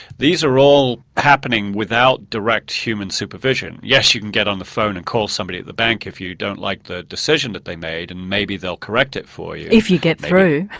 these are all happening without direct human supervision. yes you can get on the phone and call somebody at the bank if you don't like the decision that they made and maybe they'll correct it for you. if you get through.